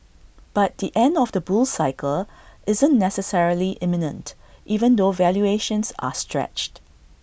but the end of the bull cycle isn't necessarily imminent even though valuations are stretched